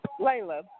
Layla